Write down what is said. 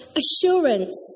assurance